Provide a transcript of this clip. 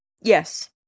Yes